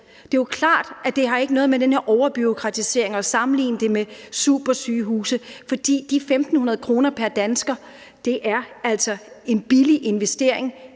Det er jo klart, at det ikke har noget med den her overbureaukratisering at gøre og det ikke kan sammenlignes med supersygehuse. For de 1.500 kr. pr. dansker er altså en billig investering,